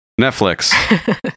Netflix